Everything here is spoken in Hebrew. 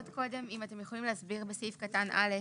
אתם יכולים להסביר את סעיף קטן (א),